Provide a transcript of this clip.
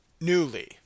newly